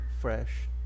fresh